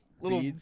little